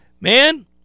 Man